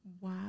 Wow